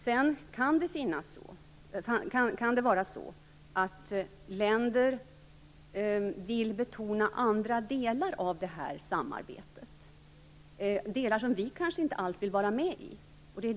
Det kan vara så att vissa länder vill betona andra delar av samarbetet - delar som Sverige kanske inte alls vill vara med i.